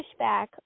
pushback